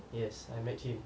yes I met him